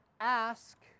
ask